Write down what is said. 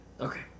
okay